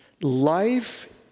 Life